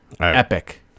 Epic